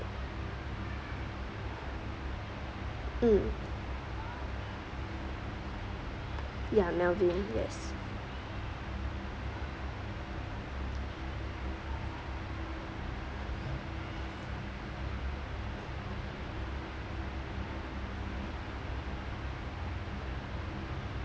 mm ya melvin yes